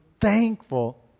thankful